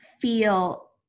feel